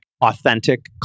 authentic